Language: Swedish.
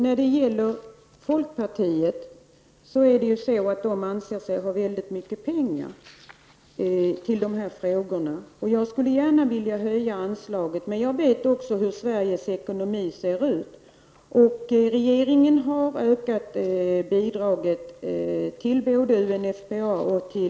Fru talman! Ni i folkpartiet anser er tydligen ha mycket gott om pengar för dessa ändamål. Jag skulle också gärna vilja höja anslaget. Men jag vet hur Sveriges ekonomi ser ut. Regeringen har höjt bidraget till både UNFPA och IPPF.